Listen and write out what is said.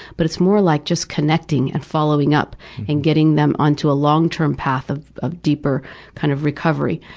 but it's more like just connecting and following up and getting them onto a long-term path of of deeper kind of recovery.